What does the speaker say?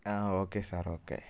ആ okay sir okay